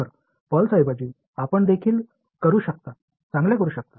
तर पल्सऐवजी आपण देखील करू शकता चांगले करू शकता